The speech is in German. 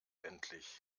endlich